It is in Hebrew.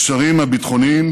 הקשרים הביטחוניים